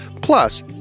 Plus